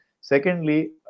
Secondly